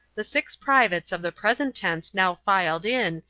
the six privates of the present tense now filed in,